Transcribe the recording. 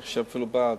אני חושב, אפילו בעד.